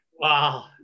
Wow